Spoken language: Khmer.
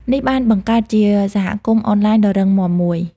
នេះបានបង្កើតជាសហគមន៍អនឡាញដ៏រឹងមាំមួយ។